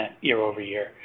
year-over-year